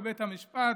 בית משפט,